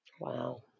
Wow